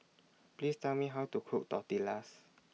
Please Tell Me How to Cook Tortillas